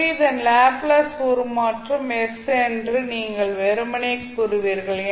எனவே இதன் லாப்லேஸ் உருமாற்றம் s என்று நீங்கள் வெறுமனே கூறுவீர்கள்